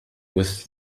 with